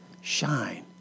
shine